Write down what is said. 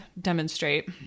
demonstrate